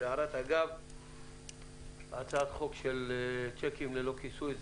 בהערת אגב הצעת החוק של שיקים ללא כיסוי,